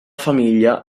famiglia